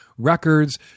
records